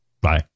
Bye